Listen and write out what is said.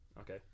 Okay